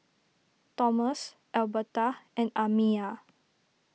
Tomas Elberta and Amiya